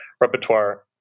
repertoire